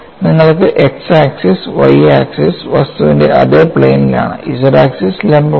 നിങ്ങൾക്ക് x axis y axis വസ്തുവിൻറെ അതേ പ്ലെയിനിൽ ആണ് z ആക്സിസ് ലംബമാണ്